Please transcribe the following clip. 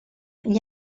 gli